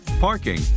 parking